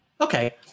Okay